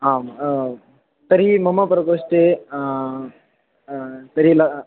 आं तर्हि मम प्रकोष्ठे तर्हि ला